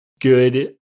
good